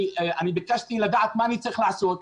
כי אני ביקשתי לדעת מה אני צריך לעשות,